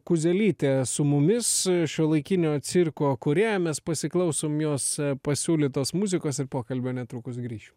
kuzelytė su mumis šiuolaikinio cirko kūrėja mes pasiklausom jos pasiūlytos muzikos ir pokalbio netrukus grįšim